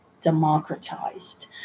democratized